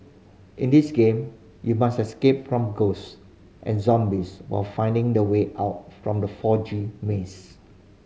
in this game you must escape from ghost and zombies while finding the way out from the foggy maze